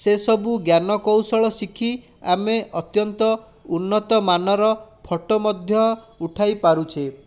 ସେସବୁ ଜ୍ଞାନକୌଶଳ ଶିଖି ଆମେ ଅତ୍ୟନ୍ତ ଉନ୍ନତ ମାନର ଫୋଟୋ ମଧ୍ୟ ଉଠାଇ ପାରୁଛେ